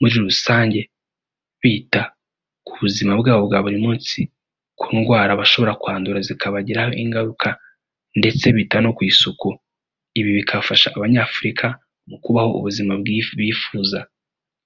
muri rusange, bita ku buzima bwabo bwa buri munsi, ku ndwara bashobora kwandura zikabagiraho ingaruka ndetse bita no ku isuku, ibi bikafasha abanyafurika, mu kubaho ubuzima bifuza.